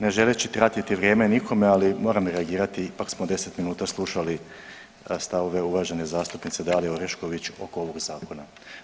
Ne želeći tratiti vrijeme nikome, ali moram reagirati ipak smo 10 minuta slušali stavove uvažene zastupnice Dalije Orešković oko ovog zakona.